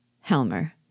Helmer